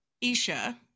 Isha